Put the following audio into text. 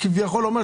וכולי.